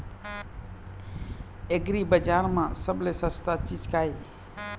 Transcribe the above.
एग्रीबजार म सबले सस्ता चीज का ये?